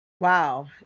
wow